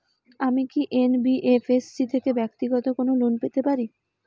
আমি কি এন.বি.এফ.এস.সি থেকে ব্যাক্তিগত কোনো লোন পেতে পারি?